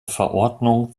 verordnung